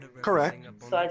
Correct